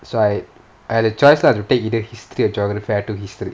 so I I had a choice lah to take either history or geography I took history